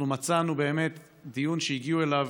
אנחנו מצאנו באמת דיון שהגיעו אליו,